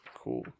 Cool